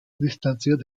distanziert